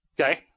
okay